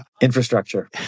Infrastructure